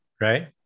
Right